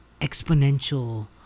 exponential